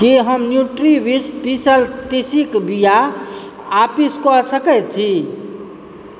की हम न्यूट्रीविश पीसल तीसीक बीया आपिसकऽ सकैत छी